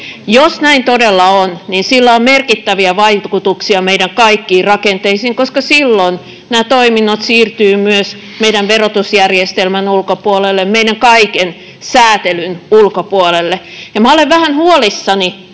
Jos näin todella on, niin sillä on merkittäviä vaikutuksia meidän kaikkiin rakenteisiin, koska silloin nämä toiminnot siirtyvät myös meidän verotusjärjestelmän ulkopuolelle, meidän kaiken sääntelyn ulkopuolelle. Minä olen vähän huolissani